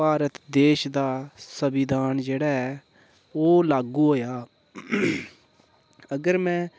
भारत देश दा संविधान जेह्ड़ा ऐ ओह् लागू होएआ अगर मैं